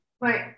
Right